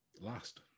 last